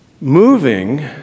moving